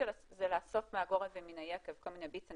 זה לאסוף מן הגורן ומן היקב כל מיני bits and